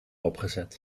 opgezet